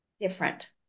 different